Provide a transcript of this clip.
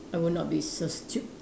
I would not be so stup~